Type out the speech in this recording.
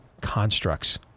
constructs